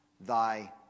Thy